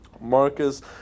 Marcus